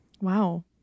wow